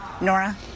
Nora